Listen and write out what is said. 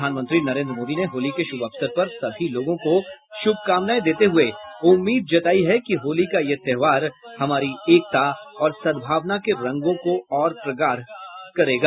प्रधानमंत्री नरेन्द्र मोदी ने होली के शुभ अवसर पर सभी लोगों को शुभकामनाएं देते हुये उम्मीद जतायी है कि होली का यह त्योहार हमारी एकता और सद्भावना के रंगों को और प्रगाढ़ करेगा